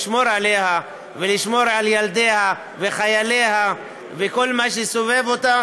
לשמור עליה ולשמור על ילדיה וחייליה וכל מה שסובב אותה